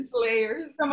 Layers